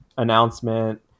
announcement